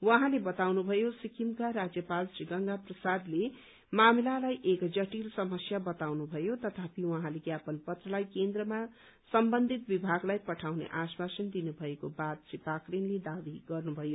उहाँले बताउनुभयो सिक्किमका राज्यपाल श्री गंगा प्रसादले मामिलालाई एक जटिल समस्या बताउनु भयो तथापि उहाँले ज्ञापन पत्रलाई केन्द्रमा सम्बन्धित विभागलाई पठाउने आश्वासन दिनुभएको बात श्री पाक्रीले दावी गर्नुभयो